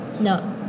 No